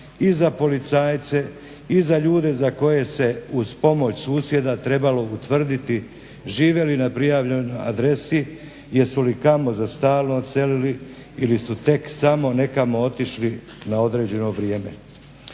i za policajce i za ljude za koje se uz pomoć susjeda trebalo utvrditi žive li na prijavljenoj adresi, jesu li kamo za stalno odselili ili su samo nekamo otišli na određeno vrijeme.